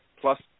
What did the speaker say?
plus